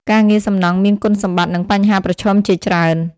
ការងារសំណង់មានគុណសម្បត្តិនិងបញ្ហាប្រឈមជាច្រើន។